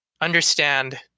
understand